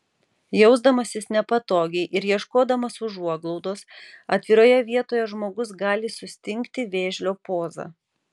jausdamasis nepatogiai ir ieškodamas užuoglaudos atviroje vietoje žmogus gali sustingti vėžlio poza